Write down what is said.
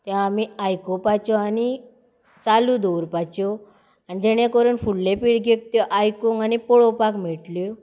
त्यो आमी आयकुपाच्यो आनी चालू दवरपाच्यो आनी जेणें करून फुडले पिळगेक त्यो आयकूंक आनी पळोवपाक मेळटल्यो